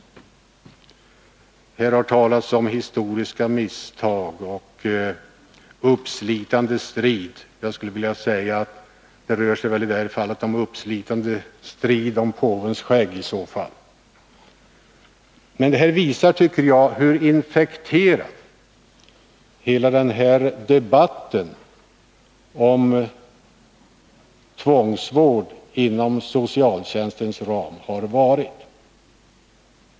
Här har talats om historiska misstag, uppslitande strid. Det rör sig väl i så fall närmast om en uppslitande strid om påvens skägg. Det här talet tycker jag emellertid visar hur infekterad hela debatten om tvångsvård inom socialtjänstens ram har varit.